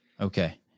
Okay